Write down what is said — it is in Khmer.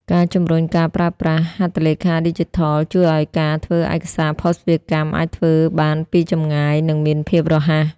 ការជំរុញការប្រើប្រាស់ "ហត្ថលេខាឌីជីថល" ជួយឱ្យការធ្វើឯកសារភស្តុភារកម្មអាចធ្វើបានពីចម្ងាយ និងមានភាពរហ័ស។